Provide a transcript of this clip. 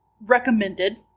recommended